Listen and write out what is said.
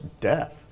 death